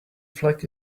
flag